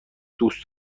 دوست